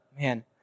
man